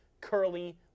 curly